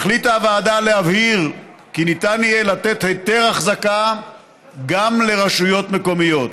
החליטה הוועדה להבהיר כי ניתן יהיה לתת היתר אחזקה גם לרשויות מקומיות.